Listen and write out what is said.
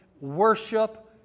worship